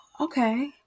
okay